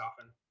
often